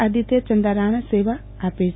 આદિત્યચં દારાણા સેવા આપે છે